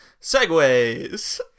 Segways